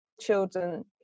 children